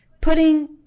putting